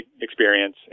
experience